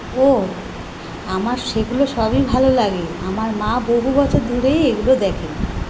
ওহ আমার সেগুলো সবই ভালো লাগে আমার মা বহু বছর ধরেই এগুলো দেখেন